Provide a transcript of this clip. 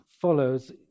follows